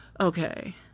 Okay